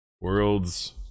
World's